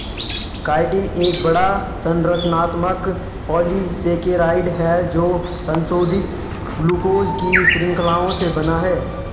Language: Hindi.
काइटिन एक बड़ा, संरचनात्मक पॉलीसेकेराइड है जो संशोधित ग्लूकोज की श्रृंखलाओं से बना है